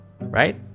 right